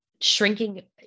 shrinking